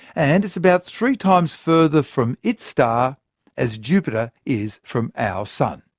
and it's about three times further from its star as jupiter is from our sun.